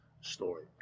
story